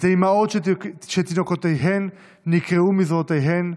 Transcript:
את האימהות שתינוקותיהן נקרעו מזרועותיהן,